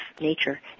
nature